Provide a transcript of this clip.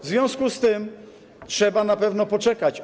W związku z tym trzeba na pewno poczekać.